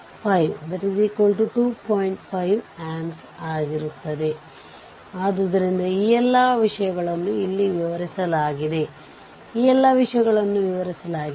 ಆದ್ದರಿಂದ 2 ಆಂಪಿಯರ್ ವಾಸ್ತವವಾಗಿ ಇಲ್ಲಿಗೆ ಪ್ರವೇಶಿಸುತ್ತದೆ ಇದರರ್ಥ 2 2 VThevenin 6 ಅದನ್ನು ಪರಿಹರಿಸಿದರೆ ನಿಮಗೆ VTheveninಸಿಗುತ್ತದೆ